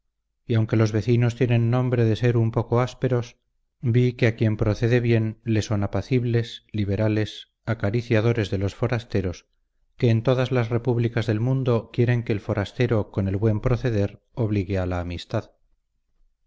y aunque los vecinos tienen nombre de ser un poco ásperos vi que a quien procede bien le son apacibles liberales acariciadores de los forasteros que en todas las repúblicas del mundo quieren que el forastero con el buen proceder obligue a la amistad